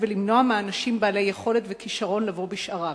ולמנוע מאנשים בעלי יכולת וכשרון לבוא בשעריו.